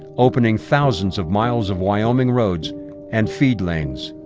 opening thousands of miles of wyoming roads and feed lanes.